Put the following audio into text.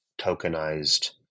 tokenized